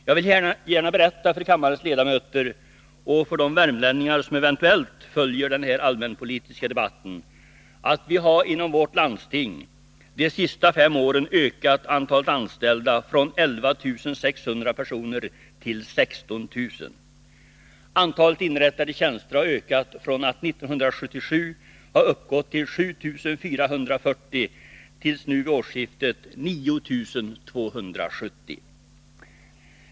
Jag vill gärna berätta för kammarens ledamöter och för de värmlänningar som eventuellt följer den här allmänpolitiska debatten, att vi inom vårt landsting de senaste fem åren har ökat antalet anställda från 11 600 personer till 16 000. Antalet inrättade tjänster har ökat från att 1977 ha uppgått till 7 440 till att nu vid årsskiftet uppgå till 9 270.